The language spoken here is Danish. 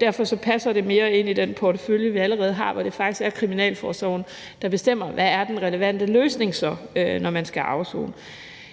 Derfor passer det mere ind i den portefølje, vi allerede har, hvor det faktisk er kriminalforsorgen, der bestemmer, hvad der er den relevante løsning, når man skal afsone.